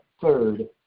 third